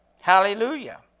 Hallelujah